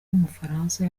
w’umufaransa